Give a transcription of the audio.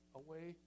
away